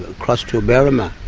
across to berrimah.